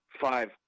five